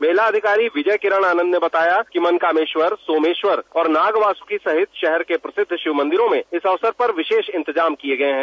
मेला अधिकारी विजय किरण आनंद ने बताया कि मनकामेश्वर सोमेश्वर और नाग वासुकी सहित शहर के प्रसिद्ध शिव मंदिरों में इस अवसर पर विशेष इंतजाम किये गये हैं